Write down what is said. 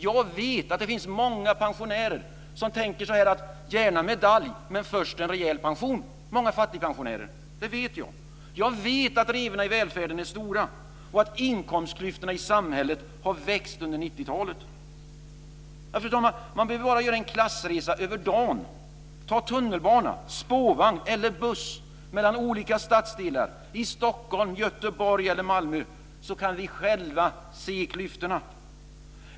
Jag vet att det finns många pensionärer, fattigpensionärer, som tänker: gärna medalj, men först en rejäl pension. Jag vet att revorna i välfärden är stora. Inkomstklyftorna i samhället har växt under 90-talet. Fru talman! Man behöver bara göra en klassresa över dagen. Ta tunnelbana, spårvagn eller buss mellan olika stadsdelar i Stockholm, Göteborg eller Malmö, så kan ni själva se klyftorna.